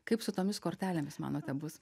kaip su tomis kortelėmis manote bus